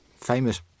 famous